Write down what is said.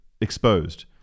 exposed